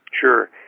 Sure